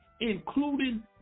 including